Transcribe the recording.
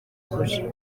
ukuri